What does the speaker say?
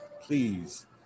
Please